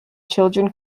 children